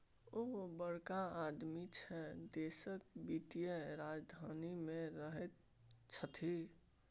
ओ बड़का आदमी छै देशक वित्तीय राजधानी मे रहैत छथि